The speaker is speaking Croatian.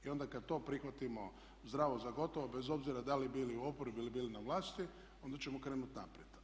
I onda kad to prihvatimo zdravo za gotovo bez obzira da li bili u oporbi ili bili na vlasti onda ćemo krenut naprijed.